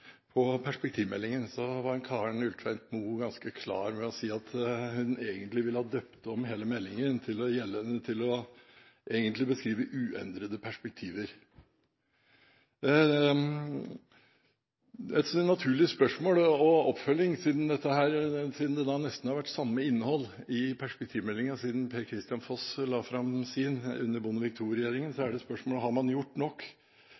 om perspektivmeldingen, var Karen Helene Ulltveit-Moe ganske klar ved å si at hun egentlig ville ha døpt om hele meldingen – til å beskrive uendrede perspektiver. Et naturlig oppfølgingsspørsmål, siden det nesten har vært samme innhold i perspektivmeldingen siden Per-Kristian Foss la fram sin under Bondevik II-regjeringen, er om man har gjort nok